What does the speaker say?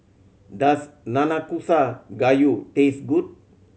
does Nanakusa Gayu taste good